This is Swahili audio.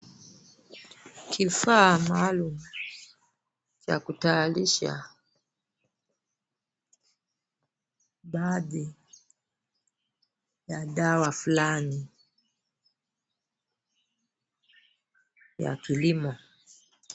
Kifaa maalum cha kutayarisha baadhi ya dawa fulani ya kilimo.